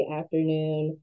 afternoon